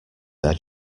their